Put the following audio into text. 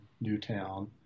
Newtown